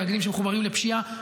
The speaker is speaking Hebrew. תאגידים שמחוברים לפשיעה.